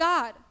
God